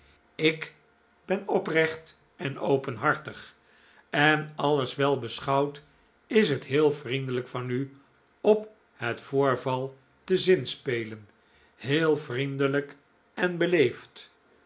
ik ben oprecht en openhartig en alles wel beschouwd is het heel vriendelijk van u op het voorval te zinspelen heel vriendelijk en beleefd